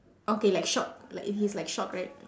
okay like shock like he's like shocked right